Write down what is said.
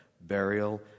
burial